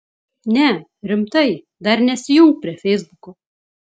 ne rimtai dar nesijunk prie feisbuko